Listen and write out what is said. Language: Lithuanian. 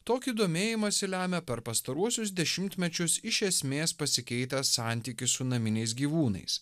tokį domėjimąsi lemia per pastaruosius dešimtmečius iš esmės pasikeitęs santykis su naminiais gyvūnais